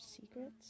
secrets